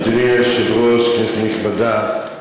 אדוני היושב-ראש, כנסת נכבדה,